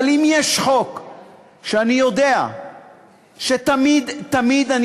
אבל אם יש חוק שאני יודע שתמיד תמיד אני